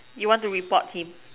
you want to report him